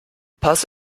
pass